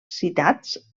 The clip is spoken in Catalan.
citats